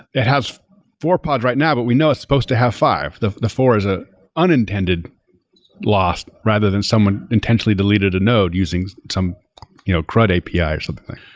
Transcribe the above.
it has four pods right now, but we know it's supposed to have five. the the four is ah unintended lost, rather than someone intentionally deleted a node using some your you know crud api yeah or something